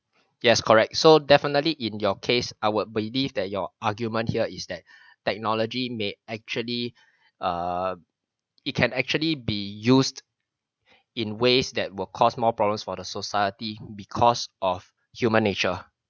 yes correct so definitely in your case I would belief that your argument here is that technology may actually uh it can actually be used in ways that will cause more problems for the society because of human nature